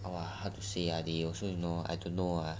!wah! ah how to say ah they also you know I don't know